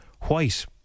white